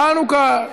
חנוכה,